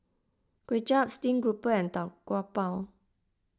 Kway Chap Steamed Grouper and Tau Kwa Pau